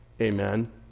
Amen